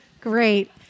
Great